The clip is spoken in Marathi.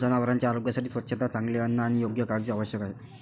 जनावरांच्या आरोग्यासाठी स्वच्छता, चांगले अन्न आणि योग्य काळजी आवश्यक आहे